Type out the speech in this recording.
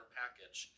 package